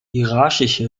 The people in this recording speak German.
hierarchische